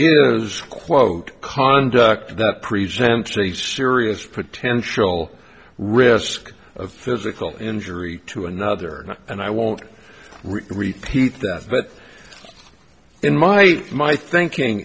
is quote conduct that presents a serious potential risk of physical injury to another and i won't repeat that but in my my thinking